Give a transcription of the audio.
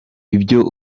ibyo